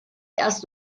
erst